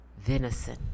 Venison